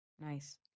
Nice